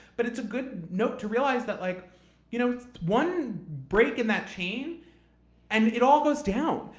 but it's a good note to realize that like you know one break in that chain and it all goes down.